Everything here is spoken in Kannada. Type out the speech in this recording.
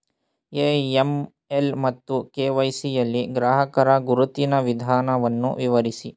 ಎ.ಎಂ.ಎಲ್ ಮತ್ತು ಕೆ.ವೈ.ಸಿ ಯಲ್ಲಿ ಗ್ರಾಹಕರ ಗುರುತಿನ ವಿಧಾನವನ್ನು ವಿವರಿಸಿ?